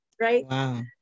Right